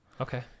Okay